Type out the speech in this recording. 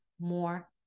more